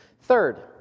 Third